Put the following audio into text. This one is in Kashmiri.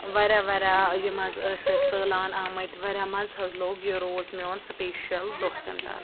واریاہ واریاہ ٲں یِم حظ ٲسۍ تَتہِ سٲلان آمِتۍ واریاہ مَزٕ حظ لوٚگ یہِ روز میٛون سٕپیشَل دۄہ تَمہِ دۄہ حظ